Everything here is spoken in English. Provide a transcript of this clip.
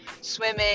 swimming